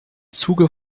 zuge